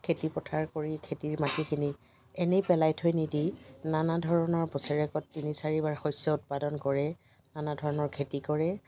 খেতি পথাৰ কৰি খেতিৰ মাটি খিনি এনেই পেলাই থৈ নিদি নানা ধৰণৰ বছৰেকত তিনি চাৰিবাৰ শস্য উৎপাদন কৰে নানা ধৰণৰ খেতি কৰে